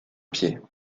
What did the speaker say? pieds